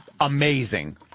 amazing